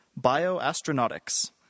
Bioastronautics